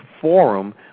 forum